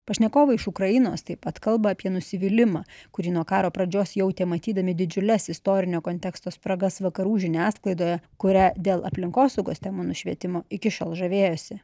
pašnekovai iš ukrainos taip pat kalba apie nusivylimą kurį nuo karo pradžios jautė matydami didžiules istorinio konteksto spragas vakarų žiniasklaidoje kuria dėl aplinkosaugos temų nušvietimo iki šiol žavėjosi